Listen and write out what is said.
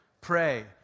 pray